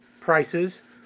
prices